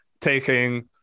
taking